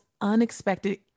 unexpected